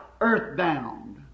earthbound